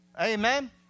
Amen